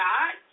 God